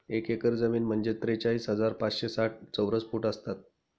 एक एकर जमीन म्हणजे त्रेचाळीस हजार पाचशे साठ चौरस फूट असतात